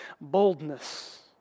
boldness